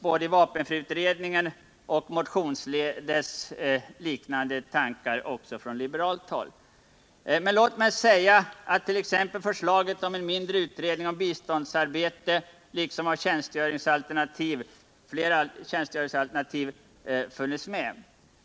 Både i vapenfriutredningen och motionsledes finns liknande tankegångar också från liberalt håll. Låt mig säga attt.ex. förslaget om en mindre utredning om biståndsarbete såsom ett av tjänstgöringsalternativen funnits med.